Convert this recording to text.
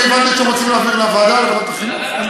הבנתי שאתם רוצים להעביר לוועדה, לוועדת החינוך.